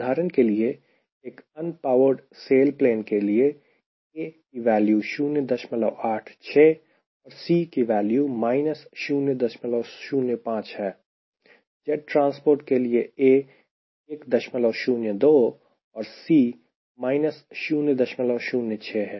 उदाहरण के लिए एक अनपावर्ड सेलप्लेन के लिए A की वैल्यू 086 और C की वैल्यू 005 है जेट ट्रांसपोर्ट के लिए A 102 और C 006 है